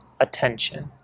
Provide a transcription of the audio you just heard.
attention